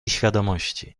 świadomości